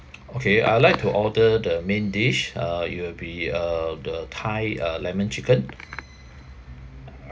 okay I would like to order the main dish uh it will be uh the thai uh lemon chicken